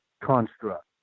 construct